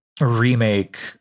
remake